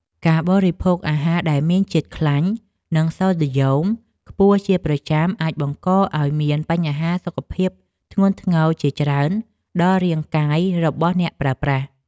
ការបរិភោគអាហារដែលមានជាតិខ្លាញ់ និងសូដ្យូមខ្ពស់ជាប្រចាំអាចបង្កឲ្យមានបញ្ហាសុខភាពធ្ងន់ធ្ងរជាច្រើនដល់រាងកាយរបស់អ្នកប្រើប្រាស់។